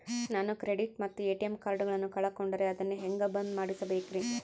ನಾನು ಕ್ರೆಡಿಟ್ ಮತ್ತ ಎ.ಟಿ.ಎಂ ಕಾರ್ಡಗಳನ್ನು ಕಳಕೊಂಡರೆ ಅದನ್ನು ಹೆಂಗೆ ಬಂದ್ ಮಾಡಿಸಬೇಕ್ರಿ?